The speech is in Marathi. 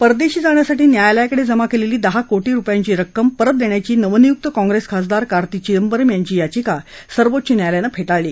परदेशी जाण्यासाठी न्यायालयाकडे जमा केलेली दहा कोटी रुपयांची रक्कम परत देण्याची नवनियुक्त काँग्रेस खासदार कार्ती चिदंबरम यांची याचिका सर्वोच्च न्यायालयानं फेटाळली